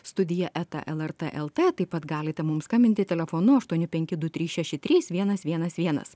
studija eta lrt lt taip pat galite mum skambinti telefonu aštuoni penki du trys šeši trys vienas vienas vienas